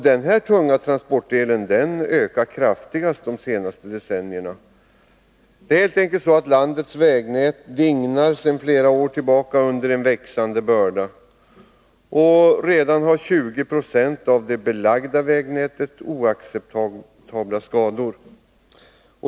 Denna tunga transportdel noterar f. ö. den kraftigaste ökningen de senaste decennierna. Landets vägnät dignar sedan flera år tillbaka under en växande börda. Redan har 20 96 av det belagda vägnätet oacceptabla skador.